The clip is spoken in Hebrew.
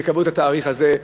כשקבעו את התאריך הזה,